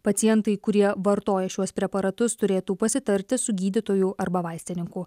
pacientai kurie vartoja šiuos preparatus turėtų pasitarti su gydytoju arba vaistininku